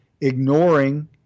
ignoring